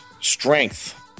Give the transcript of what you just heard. strength